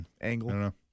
angle